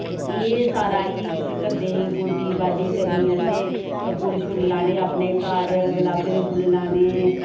एह् सारा इयै किश करदे हे गोड्डी बाड्डी करनी असें फुल्ल शुल्ल लाने अपने घर गलाबै दे फुल्ल लाने